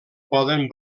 poden